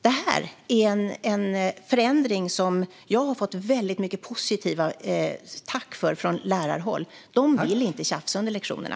Detta är en förändring som jag har fått väldigt många tack för från lärarhåll. Lärarna vill inte tjafsa under lektionerna.